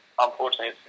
Unfortunately